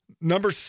Number